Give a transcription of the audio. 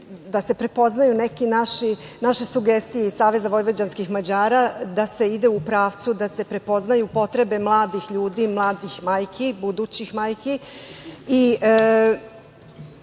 da se prepoznaju neke naše sugestije iz Saveza vojvođanskih Mađara da se ide u pravcu, da se prepoznaju potrebe mladih ljudi, mladih majki i budućih majki